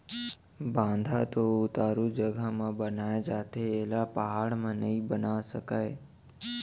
बांधा तो उतारू जघा म बनाए जाथे एला पहाड़ म नइ बना सकय